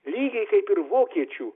lygiai kaip ir vokiečių